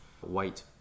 white